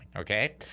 okay